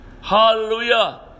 Hallelujah